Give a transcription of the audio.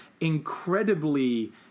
incredibly